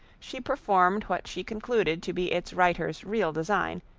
she performed what she concluded to be its writer's real design,